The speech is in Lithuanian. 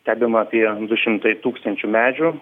stebima apie du šimtai tūkstančių medžių